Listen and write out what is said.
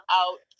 out